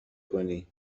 کنی